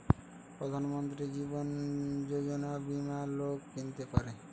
প্রধান মন্ত্রী জীবন যোজনা বীমা লোক কিনতে পারে